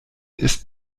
ist